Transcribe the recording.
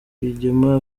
rwigema